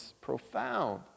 profound